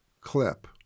clip